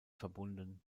verbunden